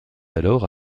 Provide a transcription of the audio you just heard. alors